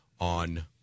on